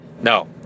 No